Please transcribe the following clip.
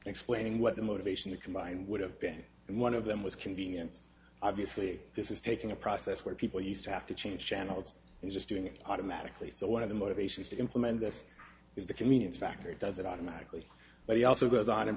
explaining what the motivation to combine would have been and one of them was convenience obviously this is taking a process where people used to have to change channels just doing it automatically so one of the motivations to implement this is the convenience factor does it automatically but he also goes on and